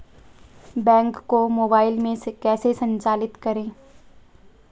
Bank को mobile में कैसे संचालित करें?